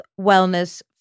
wellness